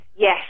Yes